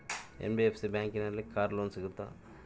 NBFC ಬ್ಯಾಂಕಿನಲ್ಲಿ car loan ಸಿಗುತ್ತಾ?